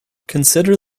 consider